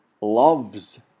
loves